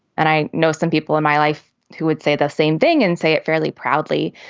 and i know some people in my life who would say the same thing and say it fairly proudly.